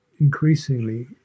Increasingly